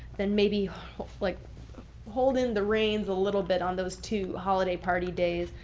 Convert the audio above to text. then maybe like holding the reins a little bit on those two holiday party days.